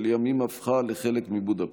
שלימים הפכה לחלק מבודפשט.